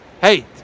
Hey